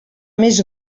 més